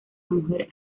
mujer